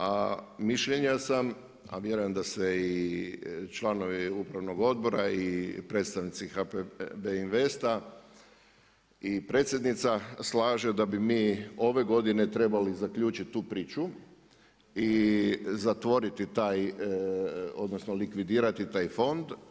A mišljenja sam a vjerujem da se i članovi upravnog odbora i predstavnici HPB investa i predsjednica slaže da bi mi ove godine trebali zaključiti tu priču i zatvoriti taj, odnosno likvidirati taj fond.